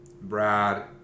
Brad